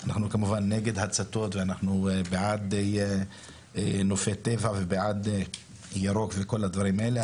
אנחנו כמובן נגד הצתות ואנחנו בעד נופי טבע וירוק וכל הדברים האלה,